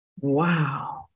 Wow